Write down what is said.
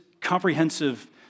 comprehensive